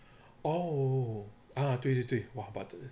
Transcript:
oh 啊对对对 !wah! but the